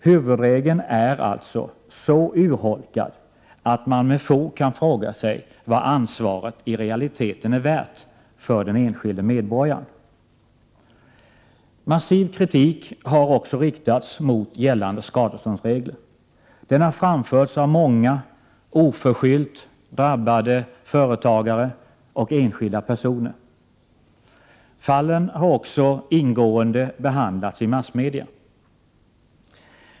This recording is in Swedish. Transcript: Huvudregeln är alltså så urholkad att man med fog kan fråga sig vad ansvaret i realiteten är värt för den enskilde medborgaren. Massiv kritik har också riktats mot gällande skadeståndsregler. Den har framförts av många oförskyllt drabbade företagare och enskilda personer. Fallen har också ingående behandlats i massmedia.